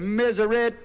misery